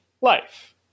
life